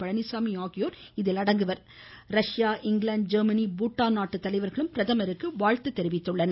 பழனிச்சாமி ர்யா இங்கிலாந்து நேபாளம் பூட்டான் நாட்டு தலைவா்களும் பிரதமருக்கு வாழ்த்து தெரிவித்துள்ளனர்